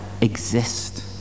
exist